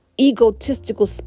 egotistical